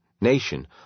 nation